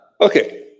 Okay